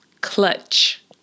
Clutch